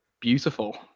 beautiful